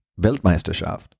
Weltmeisterschaft